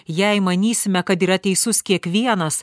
jei manysime kad yra teisus kiekvienas